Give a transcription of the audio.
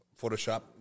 Photoshop